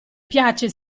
piace